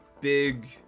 Big